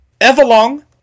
Everlong